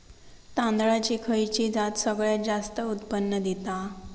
तांदळाची खयची जात सगळयात जास्त उत्पन्न दिता?